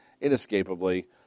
inescapably